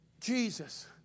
Jesus